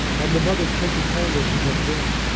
on the mother taking hold of her again,